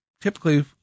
typically